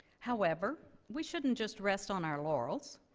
however, we shouldn't just rest on our laurels,